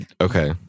okay